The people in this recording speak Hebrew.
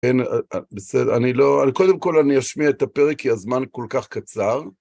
בסדר, קודם כל אני אשמיע את הפרק כי הזמן כל כך קצר.